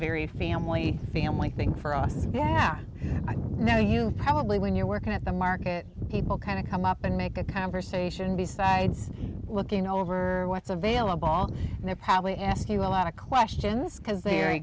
very family family thing for us being around and i know you probably when you're working at the market people kind of come up and make a conversation besides looking over what's available and they probably ask you a lot of questions because they're a